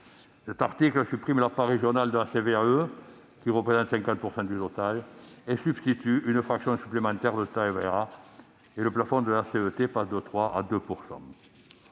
L'article supprime la part régionale de la CVAE, qui représente 50 % du total, et lui substitue une fraction supplémentaire de TVA. Le plafond de la CET passe de 3 % à 2 %.